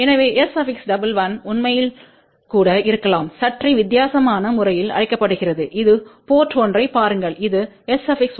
எனவே S11உண்மையில் கூட இருக்கலாம் சற்றே வித்தியாசமான முறையில் அழைக்கப்படுகிறது இது போர்ட் 1 ஐப் பாருங்கள் இது S11